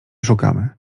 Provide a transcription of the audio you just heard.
szukamy